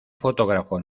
fotógrafo